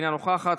אינה נוכחת,